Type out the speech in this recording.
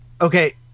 okay